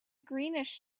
greenish